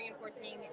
reinforcing